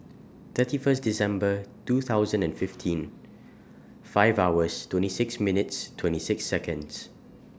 thirty First December two thousand and fifteen five hours twenty six minuets twenty six Seconds